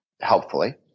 helpfully